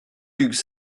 hugues